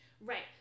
Right